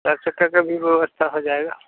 चार चक्का की भी व्यवस्था हो जाएगी